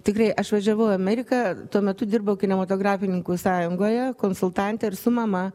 tikrai aš važiavau į ameriką tuo metu dirbau kinematografininkų sąjungoje konsultante ir su mama